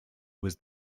was